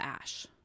ash